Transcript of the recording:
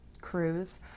crews